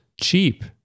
Cheap